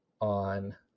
on